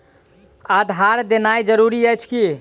आधार देनाय जरूरी अछि की?